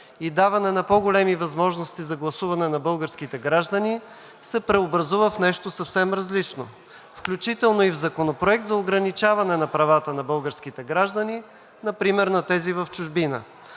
и даване на по-големи възможности за гласуване на българските граждани, се преобразува в нещо съвсем различно, включително и в законопроект за ограничаване на правата на българските граждани – например на тези в чужбина.